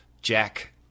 Jack